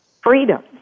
freedom